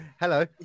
Hello